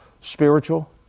spiritual